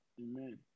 Amen